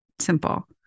simple